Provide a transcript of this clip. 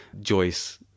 Joyce